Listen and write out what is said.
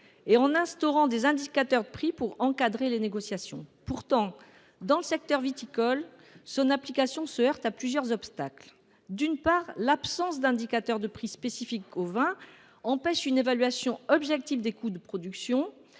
et en instaurant des indicateurs de prix pour encadrer les négociations. Pourtant, dans le secteur viticole, son application se heurte à plusieurs obstacles. D’une part, l’absence d’indicateurs de prix spécifiques au vin empêche une évaluation objective des coûts de production,